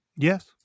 Yes